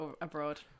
abroad